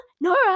Nora